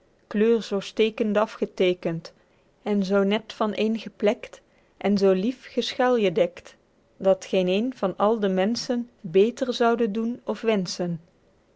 kleur zoo stekende afgeteekend en zoo net vaneen geplekt en zoo lief geschaeljedekt guido gezelle vlaemsche dichtoefeningen dat t geen een van al de menschen beter zoude doen of wenschen